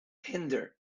hinder